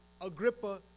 Agrippa